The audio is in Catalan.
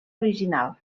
original